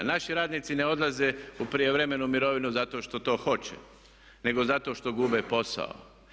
Naši radnici ne odlaze u prijevremenu mirovinu zato što to hoće, nego zato što gube posao.